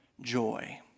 joy